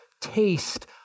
taste